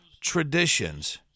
traditions